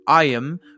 IAM